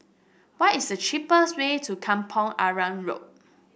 what is the cheapest way to Kampong Arang Road